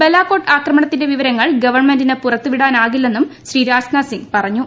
ബലാക്കോട്ട് ആക്രമണത്തിന്റെ വിവരങ്ങൾ ഗവൺമെന്റിന് പുറത്തുവിടാന്റിക്ലെന്നും ശ്രീരാജ്നാഥ് സിംഗ് പറഞ്ഞു